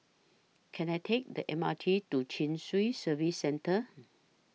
Can I Take The M R T to Chin Swee Service Centre